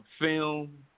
film